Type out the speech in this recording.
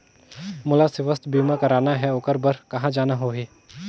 मोला स्वास्थ बीमा कराना हे ओकर बार कहा जाना होही?